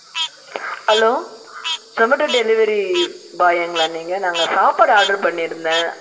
hello Zomato delivery பாய்ங்களா நீங்கள் நாங்கள் சாப்பாடு ஆர்டர் பண்ணியிருந்தேன்